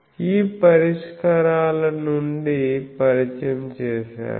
ఈ పరిష్కారాల నుండి పరిచయం చేశాను